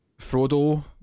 Frodo